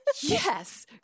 Yes